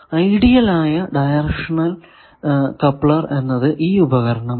ideal ആയ directional coupler എന്നത് ഈ ഉപകരണമാണ്